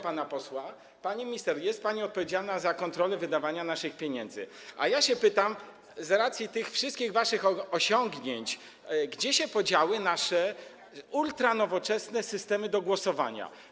Pani minister, jest pani odpowiedzialna za kontrolę wydawania naszych pieniędzy, a ja się pytam z racji tych wszystkich waszych osiągnięć, gdzie się podziały nasze ultranowoczesne systemy do głosowania.